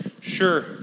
Sure